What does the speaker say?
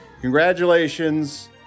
Congratulations